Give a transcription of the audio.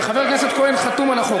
חבר הכנסת כהן חתום על החוק,